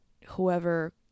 whoever